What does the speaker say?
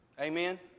Amen